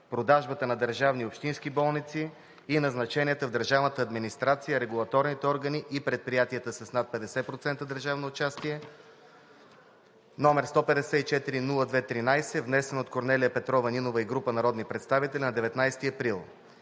продажбата на държавни и общински болници и назначенията в държавната администрация, регулаторните органи и предприятията с над 50% държавно участие, № 154-02-13, внесен от Корнелия Петрова Нинова и група народни представители на 19 април